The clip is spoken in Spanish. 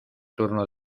turno